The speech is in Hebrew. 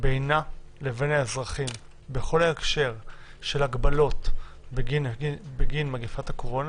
בינה לבין האזרחים בכל ההקשר של הגבלות בגין מגפת הקורונה,